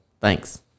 Thanks